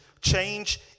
Change